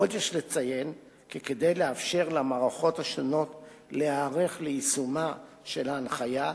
עוד יש לציין כי כדי לאפשר למערכות השונות להיערך ליישומה של ההנחיה,